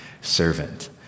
servant